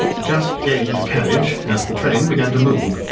just gained the carriage as the train began to move,